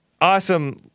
Awesome